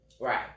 Right